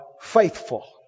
faithful